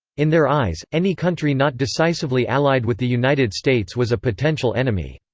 in their eyes, any country not decisively allied with the united states was a potential enemy.